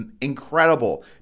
incredible